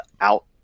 out